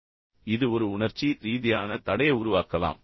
எனவே இது ஒரு உணர்ச்சி ரீதியான தடையை உருவாக்கலாம்